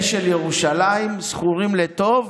אשל ירושלים זכורים לטוב,